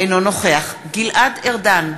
אינו נוכח גלעד ארדן,